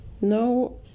no